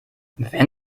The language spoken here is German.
wenn